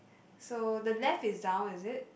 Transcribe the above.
so the left is down is it